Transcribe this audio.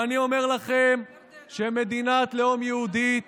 ואני אומר לכם שמדינת לאום יהודית